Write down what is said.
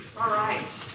alright.